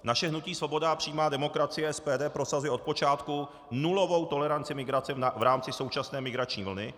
Naše hnutí Svoboda a přímá demokracie, SPD, prosazuje od počátku nulovou toleranci migrace v rámci současné migrační vlny.